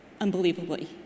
unbelievably